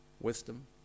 wisdom